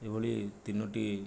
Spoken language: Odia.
ଏଭଳି ତିନୋଟି